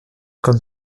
comme